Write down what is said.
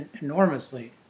enormously